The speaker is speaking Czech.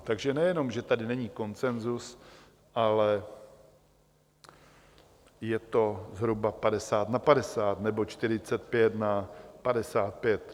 Takže nejenom že tady není konsenzus, ale je to zhruba 50:50, nebo 45:55.